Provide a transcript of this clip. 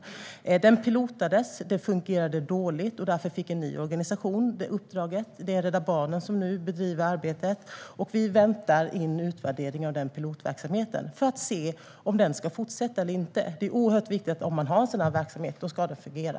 Uppdraget "pilotades", och det fungerade dåligt. Därför fick en ny organisation uppdraget. Det är nu Rädda Barnen som bedriver arbetet, och vi väntar in en utvärdering av den pilotverksamheten för att se om den ska fortsätta eller inte. Det är oerhört viktigt att en sådan verksamhet ska fungera.